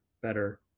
better